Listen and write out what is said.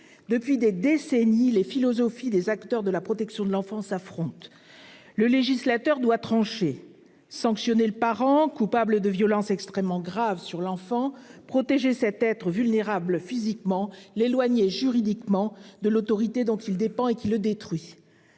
Depuis des décennies, les philosophies des acteurs de la protection de l'enfant s'affrontent. Le législateur doit trancher : pour nous, il est indispensable de sanctionner le parent coupable de violences extrêmement graves sur l'enfant et de protéger cet être vulnérable physiquement en l'éloignant juridiquement de l'autorité dont il dépend et qui le détruit.